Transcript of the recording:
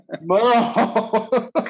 No